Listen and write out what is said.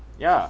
ya